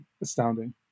astounding